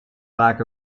lack